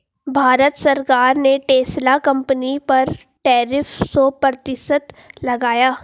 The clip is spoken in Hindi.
भारत सरकार ने टेस्ला कंपनी पर टैरिफ सो प्रतिशत लगाया